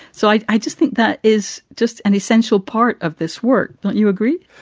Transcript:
so i i just think that is just an essential part of this work. don't you agree?